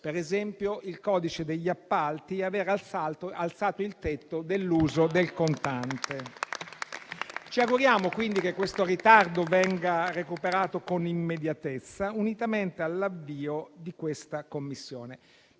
per esempio il codice degli appalti e aver alzato il tetto dell'uso del contante. Ci auguriamo che questo ritardo venga recuperato con immediatezza, unitamente all'avvio di questa Commissione.